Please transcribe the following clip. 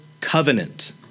covenant